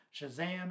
shazam